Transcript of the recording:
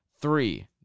Three